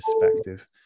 perspective